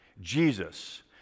Jesus